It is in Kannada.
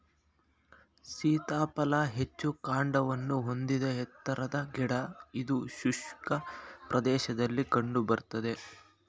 ಸೀತಾಫಲ ಹೆಚ್ಚು ಕಾಂಡವನ್ನು ಹೊಂದಿದ ಎತ್ತರದ ಗಿಡ ಇದು ಶುಷ್ಕ ಪ್ರದೇಶದಲ್ಲಿ ಕಂಡು ಬರ್ತದೆ